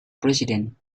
president